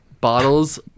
bottles